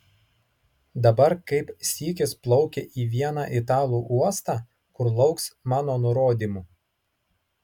dabar kaip sykis plaukia į vieną italų uostą kur lauks mano nurodymų